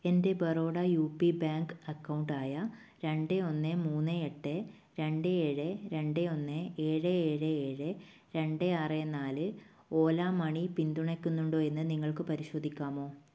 എൻ്റെ Baroda U P bank അക്കൗണ്ടായ രണ്ട് ഒന്ന് മൂന്ന് എട്ട് രണ്ട് ഏഴ് രണ്ട് ഒന്ന് ഏഴ് ഏഴ് ഏഴ് രണ്ട് ആറേ നാല് ഓല മണി പിന്തുണയ്ക്കുന്നുണ്ടോ എന്ന് നിങ്ങൾക്ക് പരിശോധിക്കാമോ